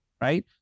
right